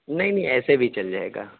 نہیں نہیں ایسے بھی چل جائے گا